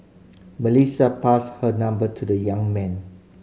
Melissa passed her number to the young man